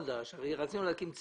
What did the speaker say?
רצינו להקים צוות,